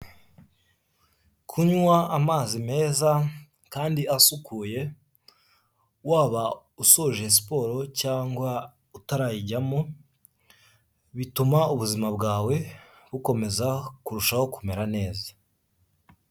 Kunywa amazi meza kandi asukuye waba usoje siporo cyangwa utarayijyamo, bituma ubuzima bwawe bukomeza kurushaho kumera neza.